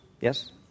Yes